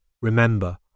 Remember